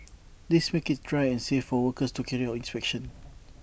this makes IT dry and safe for workers to carry out inspections